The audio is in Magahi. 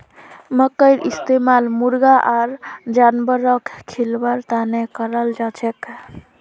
मखईर इस्तमाल मुर्गी आर जानवरक खिलव्वार तने कराल जाछेक